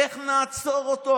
איך נעצור אותו?